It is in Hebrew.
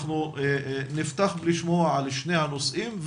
אנחנו נפתח בשמיעת שני הנושאים,